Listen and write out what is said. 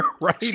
right